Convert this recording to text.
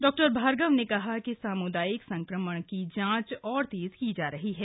डॉ भार्गव ने कहा कि सामुदायिक संक्रमण की जांच और तेज की जा रही है